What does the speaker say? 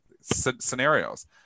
scenarios